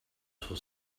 for